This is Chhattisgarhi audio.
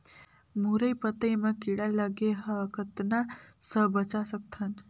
मुरई पतई म कीड़ा लगे ह कतना स बचा सकथन?